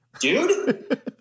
Dude